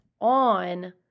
on